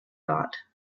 got